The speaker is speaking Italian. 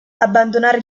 abbandonare